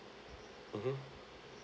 mmhmm